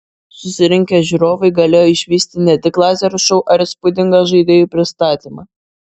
susirinkę žiūrovai galėjo išvysti ne tik lazerių šou ar įspūdingą žaidėjų pristatymą